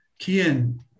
Kian